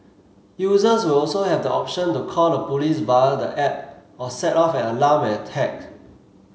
users will also have the option to call the police via the app or set off an alarm when attacked